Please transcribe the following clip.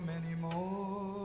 anymore